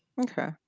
Okay